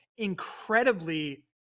incredibly